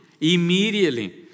Immediately